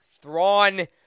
Thrawn